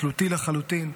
תלותי לחלוטין,